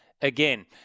again